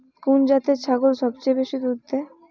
কুন জাতের ছাগল সবচেয়ে বেশি দুধ দেয়?